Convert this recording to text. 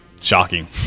shocking